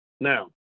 Now